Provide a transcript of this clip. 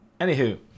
Anywho